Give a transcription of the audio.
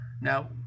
Now